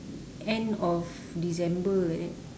end of december like that